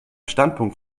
standpunkt